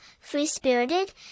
free-spirited